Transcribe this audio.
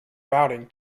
routing